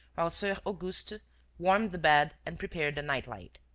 while soeur auguste warmed the bed and prepared the night-light.